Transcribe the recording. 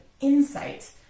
insight